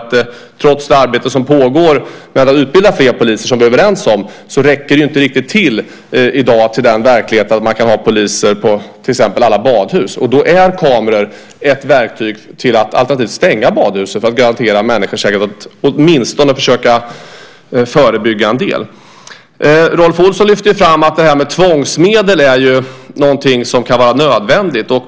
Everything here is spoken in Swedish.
Trots det arbete som pågår med att utbilda fler poliser, som vi är överens om, räcker det inte riktigt i dagens verklighet till för att kunna ha poliser på till exempel alla badhus. Då är kameror ett verktyg, ett alternativ till att stänga badhusen för att garantera människors säkerhet. Så kan man åtminstone försöka förebygga en del. Rolf Olsson lyfte fram att tvångsmedel är någonting som kan vara nödvändigt.